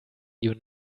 you